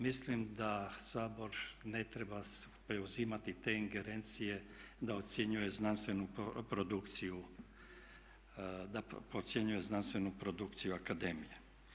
Mislim da Sabor ne treba preuzimati te ingerencije da ocjenjuje znanstvenu produkciju, da podcjenjuje znanstvenu produkciju akademije.